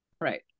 Right